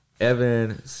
Evan